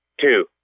Two